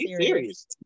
serious